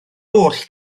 oll